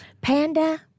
Panda